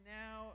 now